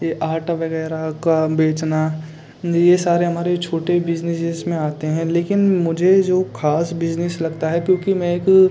यह आटा वग़ैरह का बेचना ये सारे हमारे छोटे बिजनेजे़ज़ में आते हैं लेकिन मुझे जो ख़ास बिजनेस लगता है क्योंकि मैं एक